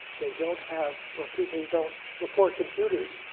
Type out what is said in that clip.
they don't have or people don't before computers,